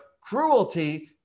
cruelty